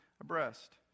abreast